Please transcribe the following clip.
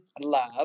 love